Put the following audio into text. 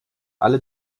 alle